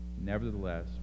Nevertheless